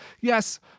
yes